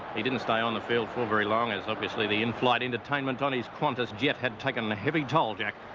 he didn't stay on the field for very long as obviously the in flight entertainment on his qantas jet had taken a heavy toll jack,